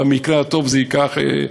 במקרה הטוב זה ייקח,